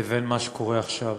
לבין מה שקורה עכשיו.